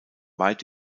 weit